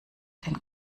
den